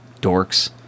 dorks